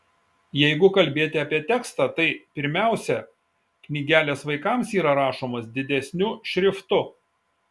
jeigu kalbėti apie tekstą tai pirmiausia knygelės vaikams yra rašomos didesniu šriftu